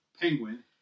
Penguin